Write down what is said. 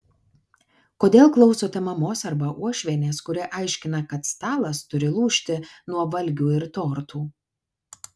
kodėl klausote mamos arba uošvienės kuri aiškina kad stalas turi lūžti nuo valgių ir tortų